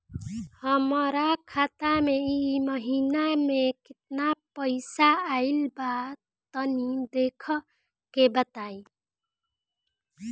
हमरा खाता मे इ महीना मे केतना पईसा आइल ब तनि देखऽ क बताईं?